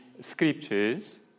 scriptures